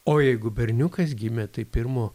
o jeigu berniukas gimė tai pirmo